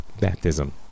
baptism